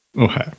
okay